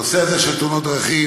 הנושא הזה של תאונות הדרכים